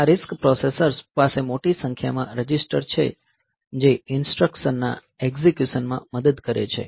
આ RISC processors પાસે મોટી સંખ્યામાં રજિસ્ટર છે જે ઈન્સ્ટ્રકશનના એકઝીક્યુશનમાં મદદ કરે છે